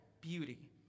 beauty